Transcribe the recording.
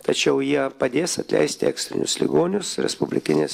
tačiau jie padės atleisti ekstrinius ligonius respublikinės